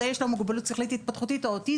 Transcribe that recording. זה יש לו מוגבלות שכלית-התפתחות או אוטיזם,